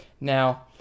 Now